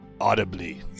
audibly